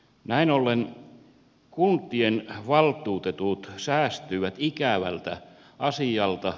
näin ollen kuntien valtuutetut säästyivät ikävältä asialta